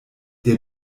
der